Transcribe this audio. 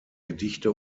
gedichte